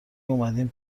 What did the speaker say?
اومدین